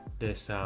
this, um,